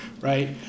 Right